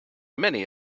many